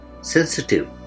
sensitive